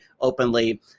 openly